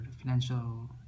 financial